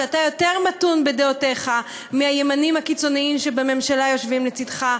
שאתה יותר מתון בדעותיך מהימנים הקיצונים בממשלה שיושבים לצדך,